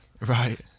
right